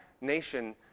nation